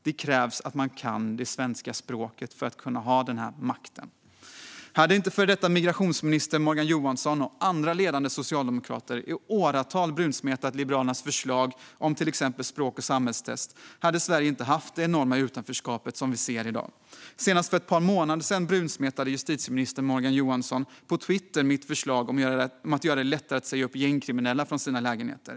Det krävs att man kan det svenska språket för att kunna ha den makten. Om inte före detta migrationsministern Morgan Johansson och andra ledande socialdemokrater i åratal hade brunsmetat Liberalernas förslag om till exempel språk och samhällstest skulle Sverige inte ha haft det enorma utanförskap som vi ser i dag. Senast för ett par månader sedan brunsmetade justitieminister Morgan Johansson på Twitter mitt förslag om att göra det lättare att säga upp gängkriminella från sina lägenheter.